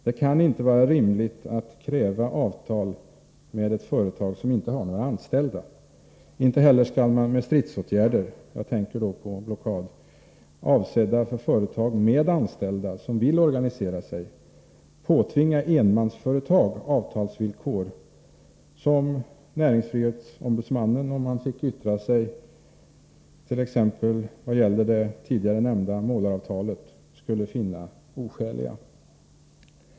Det kan inte vara rimligt att kräva avtal med ett företag som inte har några anställda. Inte heller skall man med stridsåtgärder — jag tänker på blockad — avsedda för företag med anställda som vill organisera sig kunna påtvinga enmansföretag avtalsvillkor som näringsfrihetsombudsmannen, som t.ex. om han fick yttra sig beträffande det tidigare nämnda målaravtalet, skulle finna oskäliga.